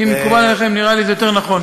אם מקובל עליכם, נראה לי שזה יותר נכון.